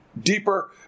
Deeper